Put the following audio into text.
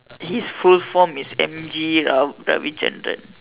full form is M_G Rav~ RaviChandran